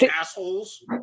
assholes